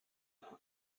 and